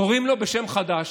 קוראים לו בשם חדש: